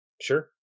Sure